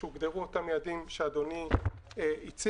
שהוגדרו אותם יעדים שאדוני הציג,